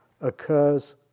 occurs